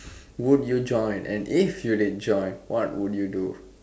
would you join and if you did join what would you do